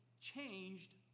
changed